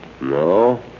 No